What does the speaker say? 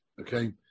Okay